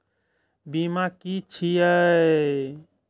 बीमा की छी ये?